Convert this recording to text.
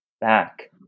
back